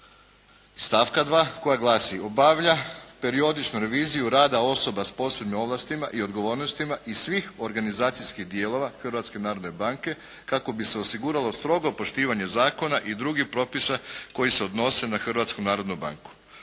stavka 2. koja glasi "obavlja periodičnu reviziju rada osoba s posebnim ovlastima i odgovornostima i svih organizacijskih dijelova Hrvatske narodne banke kako bi se osiguralo strogo poštivanje zakona i drugih propisa koji se odnose na